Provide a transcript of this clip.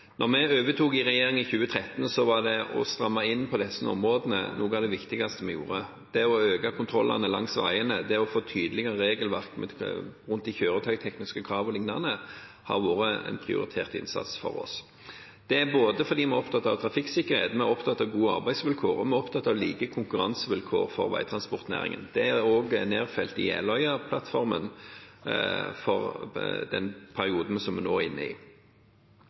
vi overtok i regjering i 2013, var det å stramme inn på disse områdene noe av det viktigste vi gjorde. Det å øke kontrollene langs veiene og det å få tydeligere kjøretøytekniske krav o.l. har vært en prioritert innsats for oss. Det er fordi vi er opptatt av både trafikksikkerhet, gode arbeidsvilkår og like konkurransevilkår for veitransportnæringen. Det er også nedfelt i Jeløya-plattformen for den perioden vi nå er inne i.